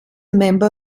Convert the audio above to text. member